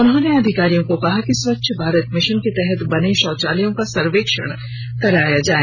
उन्होंने अधिकारियों को कहा कि स्वच्छ भारत मिशन के तहत बने शौचालयों का सर्वेक्षण कराया जाए